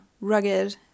rugged